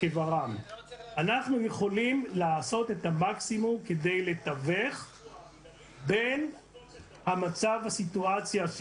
אנחנו יכולים לעשות את המקסימום כדי לתווך במצב ובסיטואציה,